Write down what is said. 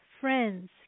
friends